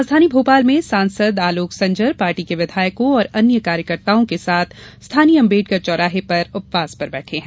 राजधानी भोपाल में सांसद आलोक संजर पार्टी के विधायकों और अन्य कार्यकर्ताओं के साथ स्थानीय अम्बेडकर चौराहे पर उपवास पर बैठे हैं